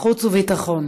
חוץ וביטחון.